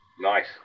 Nice